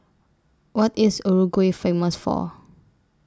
What IS Uruguay Famous For